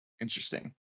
Interesting